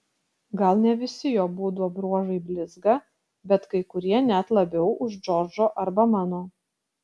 gal ne visi jo būdo bruožai blizga bet kai kurie net labiau už džordžo arba mano